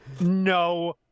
No